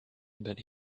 but